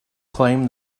claim